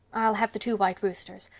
i'll have the two white roosters.